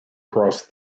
across